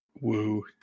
woo